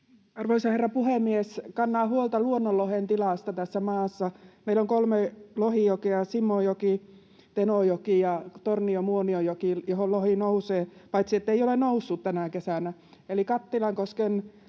Arvoisa herra puhemies! Kannan huolta luonnonlohen tilasta tässä maassa. Meillä on kolme lohijokea — Simojoki, Tenojoki ja Tornion-Muonionjoki — joihin lohi nousee, paitsi että ei ole noussut tänä kesänä.